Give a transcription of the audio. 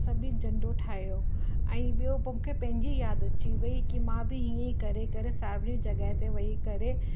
सभिनी झंडो ठाहियो ऐं ॿियो पोइ मूंखे पंहिंजी याद अची वेई कि मां बि हीअं ई करे करे सार्वजनिक जॻह ते वेई करे